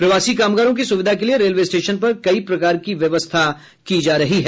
प्रवासी कामगारों की सुविधा के लिये रेलवे स्टेशन पर कई प्रकार की व्यवस्था कर रहा है